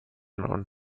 und